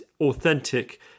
authentic